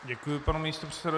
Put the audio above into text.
Děkuji panu místopředsedovi.